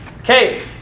Okay